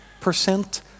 percent